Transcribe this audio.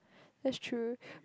that's true